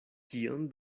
kion